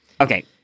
Okay